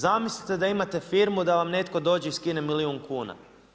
Zamislite da imate firmu i da vam netko dođe i skine milijun kuna.